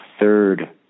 third